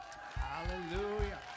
Hallelujah